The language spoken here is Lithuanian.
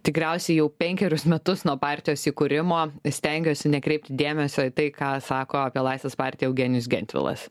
tikriausiai jau penkerius metus nuo partijos įkūrimo stengiuosi nekreipti dėmesio į tai ką sako apie laisvės partiją eugenijus gentvilas